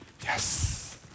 Yes